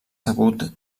sabut